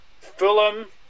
Fulham